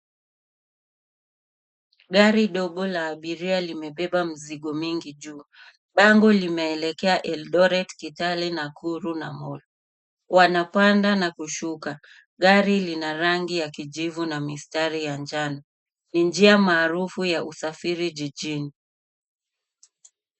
Gari ndogo ya abiria limebeba mizigo mingi juu. Bango limeelekea Eldoret, Kitale, Nakuru, na Molo. Wanapanda na kushuka. Gari lina rangi ya kijivu na mistari ya njano. Ni njia maarufu ya usafiri jijini.